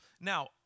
Now